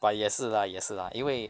but 也是 lah 也是 lah 因为